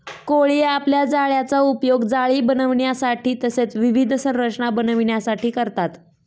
कोळी आपल्या जाळ्याचा उपयोग जाळी बनविण्यासाठी तसेच विविध संरचना बनविण्यासाठी करतात